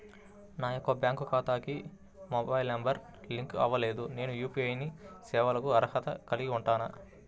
నా యొక్క బ్యాంక్ ఖాతాకి మొబైల్ నంబర్ లింక్ అవ్వలేదు నేను యూ.పీ.ఐ సేవలకు అర్హత కలిగి ఉంటానా?